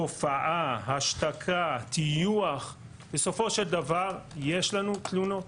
תופעה, השתקה, טיוח, בסופו של דבר, יש לנו תלונות.